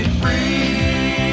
free